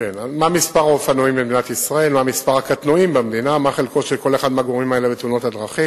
אין לחברת "רכבת ישראל" כל התנגדות לרעיון